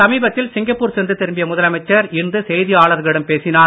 சமீபத்தில் சிங்கப்பூர் சென்று திரும்பிய முதலமைச்சர் இன்று செய்தியாளர்களிடம் பேசினார்